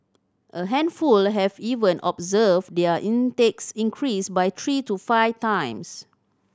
a handful have even observed their intakes increase by three to five times